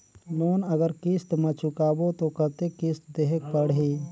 Loan अगर किस्त म चुकाबो तो कतेक किस्त देहेक पढ़ही?